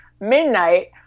midnight